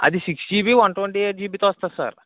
అది six GB one twenty eight జీబీతో వస్తుంది సార్